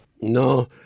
No